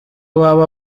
baba